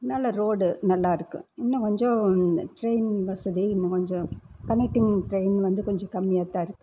நல்ல ரோடு நல்லாயிருக்கு இன்னும் கொஞ்சம் ட்ரெயின் வசதி இன்னும் கொஞ்சம் கனக்ட்டிங் ட்ரெயின் வந்து கொஞ்சம் கம்மியாகதான் இருக்குது